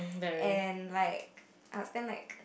and like I'll spend like